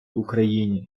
україні